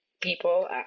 people